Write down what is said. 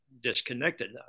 disconnected